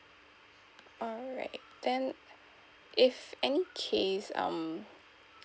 alright then if any case um